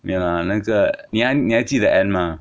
没有啦那个你还你还记得 anne 吗